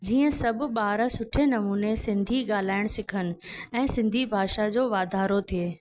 जीअं सभु ॿार सुठे नमूने सिंधी ॻाल्हाइणु सिखनि ऐं सिंधी भाषा जो वाधारो थिए